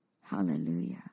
Hallelujah